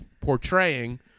portraying